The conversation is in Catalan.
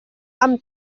amb